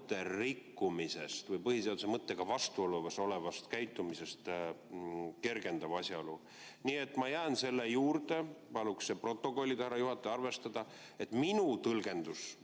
rikkumist või põhiseaduse mõttega vastuolus olevat käitumist kergendav asjaolu. Nii et ma jään selle juurde. Paluksin see protokollida, härra juhataja, ja seda arvestada, et minu tõlgendus